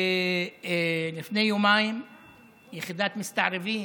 לפני יומיים יחידת מסתערבים,